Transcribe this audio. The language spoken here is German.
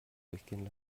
durchgehen